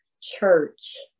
church